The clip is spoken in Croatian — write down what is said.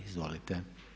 Izvolite.